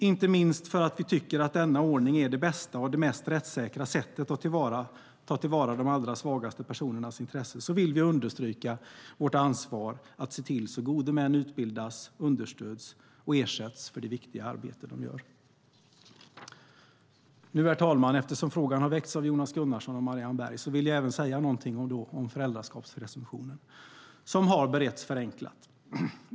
Inte minst för att vi tycker att denna ordning är det bästa och mest rättssäkra sättet att ta till vara de allra svagaste personernas intressen vill vi understryka vårt ansvar att se till så att gode män utbildas, understöds och ersätts för det viktiga arbete de gör. Eftersom frågan har väckts av Jonas Gunnarsson och Marianne Berg vill jag även säga någonting om föräldraskapspresumtion, som har beretts förenklat.